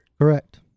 Correct